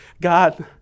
God